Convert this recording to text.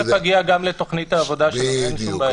תכף אגיע גם לתוכנית העבודה שלנו, אין שום בעיה.